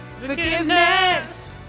Forgiveness